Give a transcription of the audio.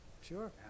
Sure